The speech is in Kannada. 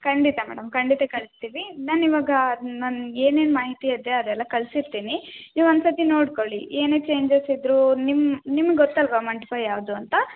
ಖಂಡಿತ ಮೇಡಮ್ ಖಂಡಿತ ಕಳ್ಸ್ತೀವಿ ಮ್ಯಾಮ್ ಇವಾಗ ನಾನು ಏನೇನು ಮಾಹಿತಿ ಹೇಳ್ದೆ ಅದೆಲ್ಲ ಕಳ್ಸಿರ್ತೀನಿ ನೀವು ಒಂದು ಸರ್ತಿ ನೋಡ್ಕೊಳ್ಳಿ ಏನೇ ಚೇಂಜಸ್ ಇದ್ದರೂ ನಿಮ್ಮ ನಿಮ್ಗೆ ಗೊತ್ತಲ್ಲವಾ ಮಂಟಪ ಯಾವುದು ಅಂತ